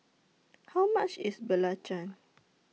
How much IS Belacan